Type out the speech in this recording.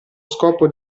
scopo